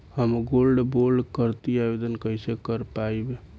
हम gold bond करतिं आवेदन कइसे कर पाइब?